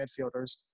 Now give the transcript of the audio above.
midfielders